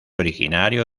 originario